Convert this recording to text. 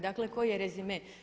Dakle koji je rezime?